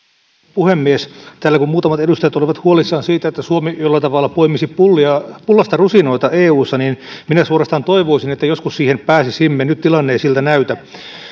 puhemies kun täällä muutamat edustajat olivat huolissaan siitä että suomi jollain tavalla poimisi pullasta pullasta rusinoita eussa niin minä suorastaan toivoisin että joskus siihen pääsisimme nyt tilanne ei siltä näytä